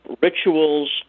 rituals